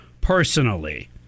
personally